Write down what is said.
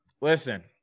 Listen